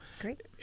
great